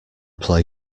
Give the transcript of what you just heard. play